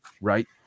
right